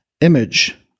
image